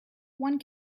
one